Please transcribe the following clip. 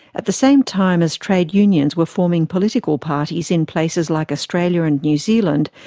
at the same time as trade unions were forming political parties in places like australia and new zealand,